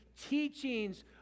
teachings